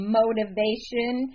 motivation